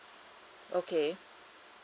okay